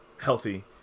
healthy